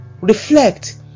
reflect